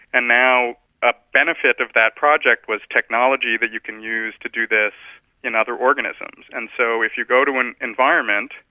and now a benefit of that project was technology that you can use to do this in other organisms. and so if you go to an environment,